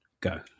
go